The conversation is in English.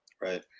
Right